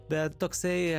bet toksai